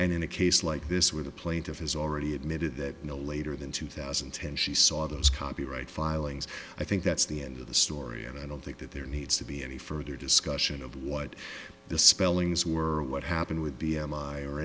and in a case like this where the plaintiff has already admitted that no later than two thousand and ten she saw those copyright filings i think that's the end of the story and i don't think that there needs to be any further discussion of what the spellings were or what happened with b